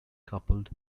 coupled